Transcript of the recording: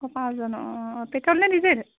অঁ পাঁচজনৰ অঁ অঁ পেট্ৰল নে ডিজেল